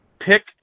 Pick